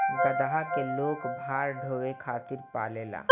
गदहा के लोग भार ढोवे खातिर पालेला